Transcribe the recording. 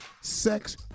Sex